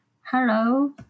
Hello